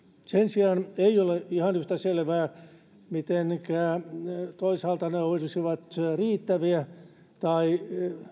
sen sijaan ei ole ihan yhtä selvää mitenkä toisaalta ne olisivat riittäviä tai